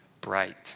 bright